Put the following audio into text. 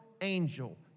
angel